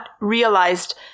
realized